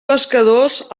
pescadors